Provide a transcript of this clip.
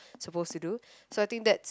suppose to do so I think that